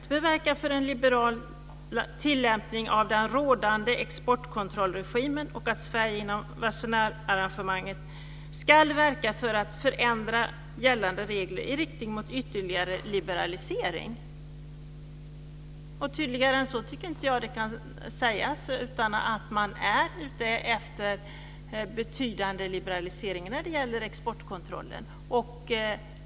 Regeringen "bör verka för en liberal tillämpning av den rådande exportkontrollregimen." Det står att "Sverige inom Wassenaararrangemanget skall verka för att förändra gällande regler i riktning mot en ytterligare liberalisering." Tydligare än så tycker jag inte att det kan sägas. Man är ute efter betydande liberaliseringar när det gäller exportkontrollen.